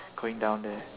going down there